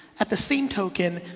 at the same token,